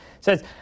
says